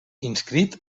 inscrit